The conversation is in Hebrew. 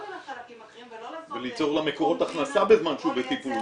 על החלקים האחרים ולא -- וליצור לה מקורות הכנסה בזמן שהוא בטיפול.